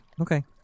Okay